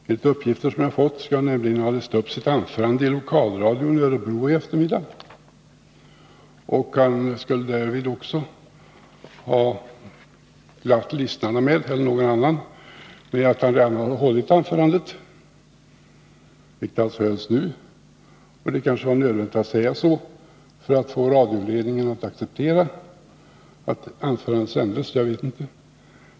Enligt uppgifter som jag har fått skall han nämligen i eftermiddag ha läst upp sitt anförande i lokalradion i Örebro. Han skulle därvid också ha sagt att han redan hållit anförandet i riksdagen — vilket han alltså gjorde alldeles nyss. Det kanske var nödvändigt att säga så, för att få radioledningen att acceptera att anförandet sändes — det vet jag inte.